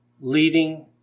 leading